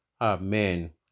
Amen